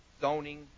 zoning